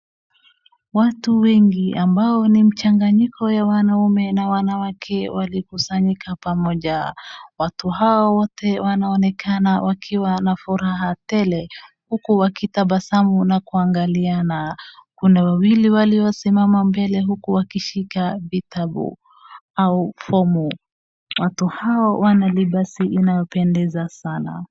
Watu wengi ambao ni mchanganyiko ya wanaume na wanawake walikusanyika pamoja. Watu hawa wote wanaonekana wakiwa na furaha tele huku wakitabasamu na kuangaliana. Kuna wawili waliosimama mbele huku wakishika vitabu au fomu watu hao wana libasi inayopendeza sana.